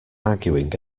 arguing